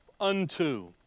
unto